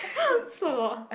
so long